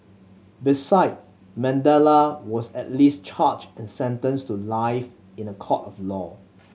beside Mandela was at least charged and sentenced to life in a court of law